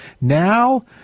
now